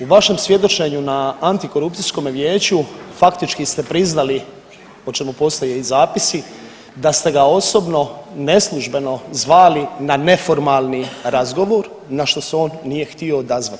U vašem svjedočenju na antikorupcijskome vijeću faktički ste priznali, o čemu postoje i zapisi, da ste ga osobno neslužbeno zvali na neformalni razgovor na što se on nije htio odazvati.